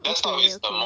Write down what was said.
okay okay